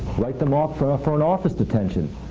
write them off for a front office detention.